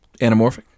anamorphic